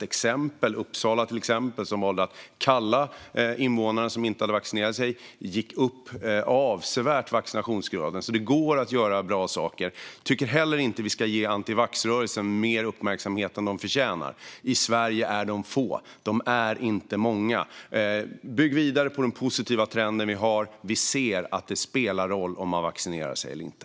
I Uppsala valde man att kalla invånare som inte hade vaccinerat sig, och där gick vaccinationsgraden upp avsevärt. Det går alltså att göra bra saker. Jag tycker inte att vi ska ge antivaxx-rörelsen mer uppmärksamhet än den förtjänar. I Sverige handlar det om få personer. De är inte många. Vi ska bygga vidare på den positiva trend som vi har. Vi ser att det spelar roll om man vaccinerar sig eller inte.